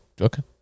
okay